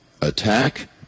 attack